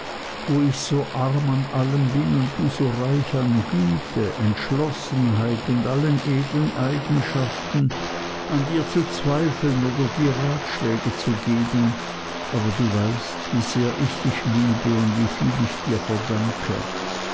wo ich so arm an allem bin und du so reich an güte entschlossenheit und allen edlen eigenschaften an dir zu zweifeln oder dir ratschläge zu geben aber du weißt wie sehr ich dich liebe und wie viel ich dir verdanke